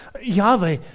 Yahweh